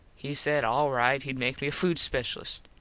he said all right hed make me a food speshulist.